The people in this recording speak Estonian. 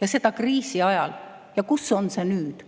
ja seda kriisi ajal. Kus on see nüüd?